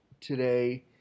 today